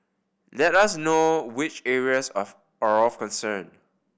let us know which areas of are of concern